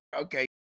okay